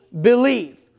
believe